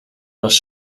was